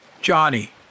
Johnny